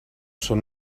son